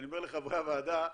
אני אומר לחברי הוועדה,